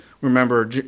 Remember